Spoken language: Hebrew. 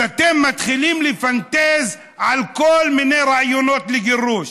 אז אתם מתחילים לפנטז על כל מיני רעיונות לגירוש.